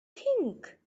think